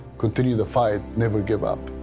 continue the fight. never give up.